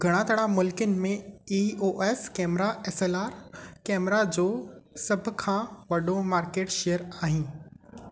घणा तणा मुल्कनि में E O S camera S L R camera जो सभ खां वॾो मार्केट शेयर आहिनि